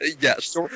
Yes